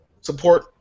support